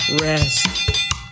rest